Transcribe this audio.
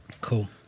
Cool